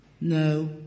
No